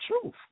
truth